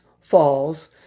falls